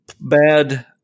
bad